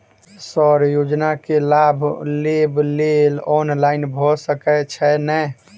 Sir योजना केँ लाभ लेबऽ लेल ऑनलाइन भऽ सकै छै नै?